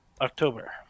October